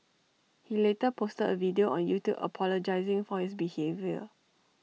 he later posted A video on YouTube apologising for his behaviour